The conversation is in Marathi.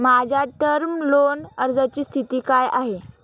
माझ्या टर्म लोन अर्जाची स्थिती काय आहे?